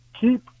keep